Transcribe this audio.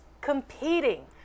competing